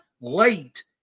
late